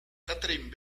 kathryn